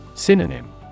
Synonym